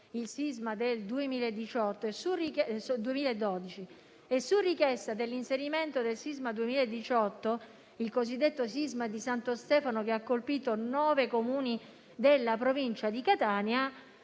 il sisma del 2012; ma alla richiesta dell'inserimento del sisma 2018, il cosiddetto sisma di Santo Stefano, che ha colpito nove Comuni della Provincia di Catania,